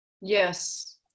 Yes